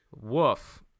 Woof